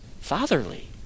fatherly